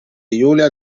julia